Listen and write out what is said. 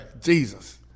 Jesus